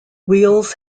wheels